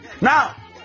Now